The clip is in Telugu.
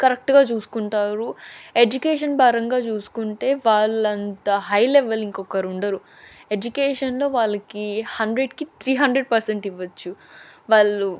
కరెక్టుగా చూసుకుంటారు ఎడ్యుకేషన్ పరంగా చూసుకుంటే వాళ్ళంత హై లెవెల్ ఇంకొకరు ఉండరు ఎడ్యుకేషన్లో వాళ్ళకి హండ్రెడ్కి త్రీ హండ్రెడ్ పర్సెంట్ ఇవ్వొచ్చు వాళ్ళు